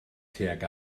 tuag